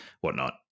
whatnot